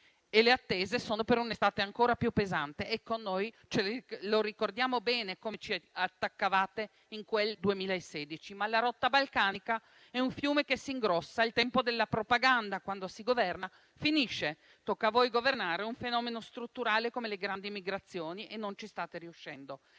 le attese sono per un'estate ancora più pesante. Ecco, ricordiamo bene come ci attaccavate in quel 2016; ma la rotta balcanica è un fiume che si ingrossa, e il tempo della propaganda, quando si governa, finisce. Tocca a voi governare un fenomeno strutturale come le grandi migrazioni, e non ci state riuscendo.